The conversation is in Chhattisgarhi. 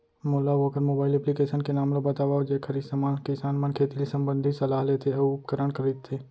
मोला वोकर मोबाईल एप्लीकेशन के नाम ल बतावव जेखर इस्तेमाल किसान मन खेती ले संबंधित सलाह लेथे अऊ उपकरण खरीदथे?